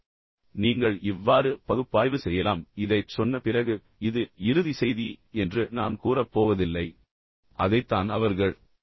எனவே நீங்கள் இவ்வாறு பகுப்பாய்வு செய்யலாம் இதைச் சொன்ன பிறகு இது இறுதி செய்தி என்று நான் கூறப் போவதில்லை அதைத்தான் அவர்கள் செய்கிறார்கள்